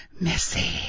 Missy